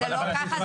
זה לא ככה.